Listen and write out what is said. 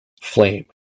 Flame